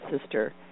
sister